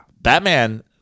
Batman